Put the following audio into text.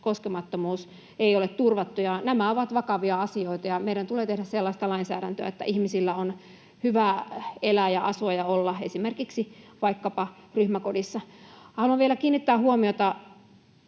koskemattomuus ei ole turvattu. Nämä ovat vakavia asioita, ja meidän tulee tehdä sellaista lainsäädäntöä, että ihmisillä on hyvä elää ja asua ja olla esimerkiksi vaikkapa ryhmäkodissa. Haluan vielä kiinnittää huomiota